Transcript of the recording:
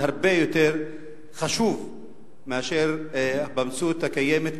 הרבה יותר חשוב מאשר במציאות הקיימת,